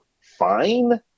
fine